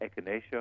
echinacea